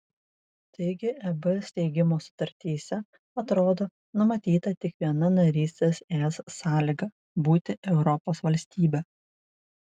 taigi eb steigimo sutartyse atrodo numatyta tik viena narystės es sąlyga būti europos valstybe